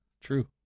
True